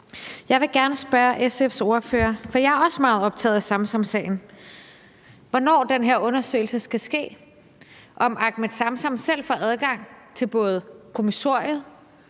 Jeg vil gerne spørge SF's ordfører, for jeg er også meget optaget af Samsamsagen, om, hvornår den her undersøgelse skal være, om Ahmed Samsam selv får adgang til både kommissoriet,